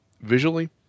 visually